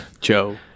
Joe